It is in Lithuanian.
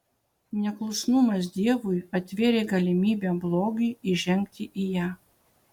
neklusnumas dievui atvėrė galimybę blogiui įžengti į ją